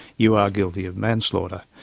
you are guilty of manslaughter.